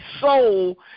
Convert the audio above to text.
soul